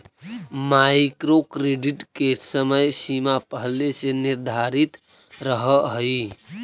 micro credit के समय सीमा पहिले से निर्धारित रहऽ हई